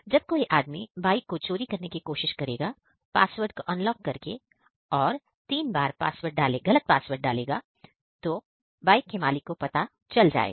जब कोई आदमी बाइक को चोरी करने की कोशिश करेगा पासवर्ड को अनलॉक करके और तीन बार गलत पासवर्ड डालेगा तो बाइक के मालिक को पता चल जाएगा